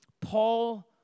Paul